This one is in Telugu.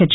హెచ్